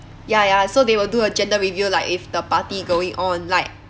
ya ya so they will do a gender reveal like if the party going on like